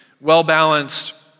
well-balanced